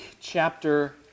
chapter